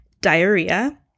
diarrhea